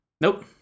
Nope